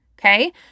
Okay